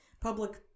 public